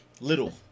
Little